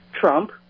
Trump